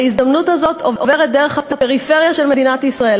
וההזדמנות הזאת עוברת דרך הפריפריה של מדינת ישראל,